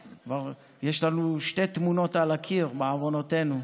יש לנו כבר שתי תמונות על הקיר בעוונותינו.